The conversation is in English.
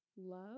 love